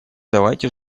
давайте